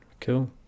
Cool